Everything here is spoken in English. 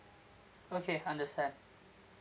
okay understand